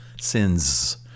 sins